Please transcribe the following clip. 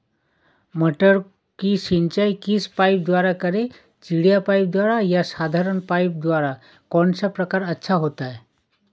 मटर की सिंचाई किस पाइप द्वारा करें चिड़िया पाइप द्वारा या साधारण पाइप द्वारा कौन सा प्रकार अच्छा होता है?